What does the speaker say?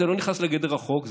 זה לא נכנס לגדר החוק,